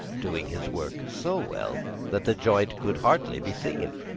doing his work so well that the joint could hardly be seen.